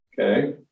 okay